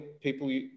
people